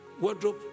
wardrobe